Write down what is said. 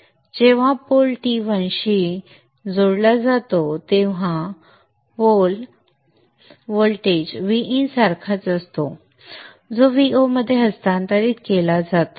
जेव्हा pole T1 शी जोडला जातो तेव्हा पोल व्होल्टेज Vin सारखाच असतो जो Vo मध्ये हस्तांतरित केला जातो